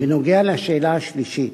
בנוגע לשאלה השלישית,